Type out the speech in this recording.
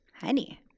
honey